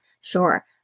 sure